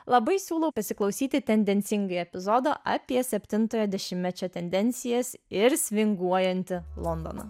labai siūlau pasiklausyti tendencingai epizodo apie septintojo dešimtmečio tendencijas ir svinguojanti londono